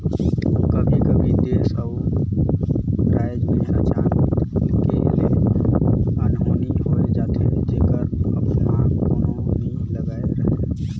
कभों कभों देस अउ राएज में अचानके ले अनहोनी होए जाथे जेकर अनमान कोनो नी लगाए रहें